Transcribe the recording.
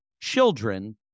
children